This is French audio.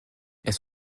elles